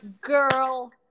Girl